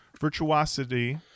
virtuosity